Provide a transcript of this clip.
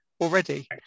already